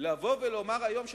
לבוא ולומר היום שאנחנו,